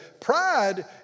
Pride